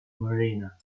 marina